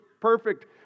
perfect